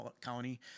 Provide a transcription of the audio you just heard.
county